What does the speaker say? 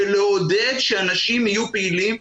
ולעודד שאנשים יהיו פעילים,